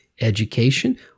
education